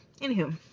Anywho